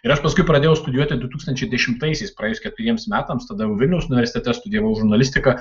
ir aš paskui pradėjau studijuoti du tūkstančiai dešimtaisiais praėjus keturiems metams tada jau vilniaus universitete studijavau žurnalistiką